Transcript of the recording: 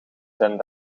zijn